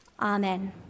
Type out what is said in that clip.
amen